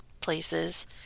places